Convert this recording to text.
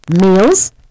meals